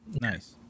Nice